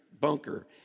bunker